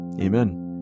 Amen